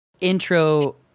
intro